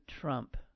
Trump